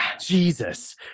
Jesus